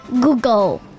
Google